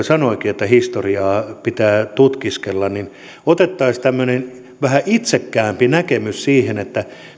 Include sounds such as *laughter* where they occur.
*unintelligible* sanoikin että historiaa pitää tutkiskella niin otettaisiin tämmöinen vähän itsekkäämpi näkemys siihen